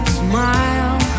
smile